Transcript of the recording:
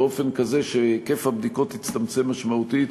באופן כזה שהיקף הבדיקות יצטמצם משמעותית,